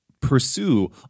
pursue